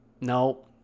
No